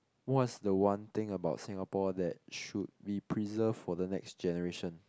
what's the one thing about Singapore that should be preserved for the next generation